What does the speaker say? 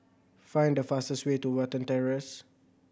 find the fastest way to Watten Terrace